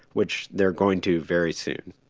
which they're going to very soon